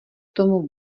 tomu